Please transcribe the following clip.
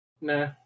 nah